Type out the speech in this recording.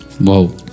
Wow